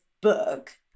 book